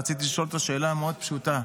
רציתי לשאול אותו שאלה מאוד פשוטה.